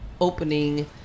opening